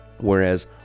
Whereas